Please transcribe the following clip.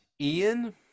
Ian